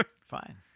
Fine